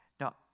Now